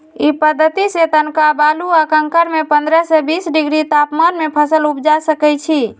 इ पद्धतिसे तनका बालू आ कंकरमें पंडह से बीस डिग्री तापमान में फसल उपजा सकइछि